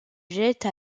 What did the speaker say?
jette